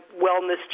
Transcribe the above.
wellness